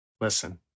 Listen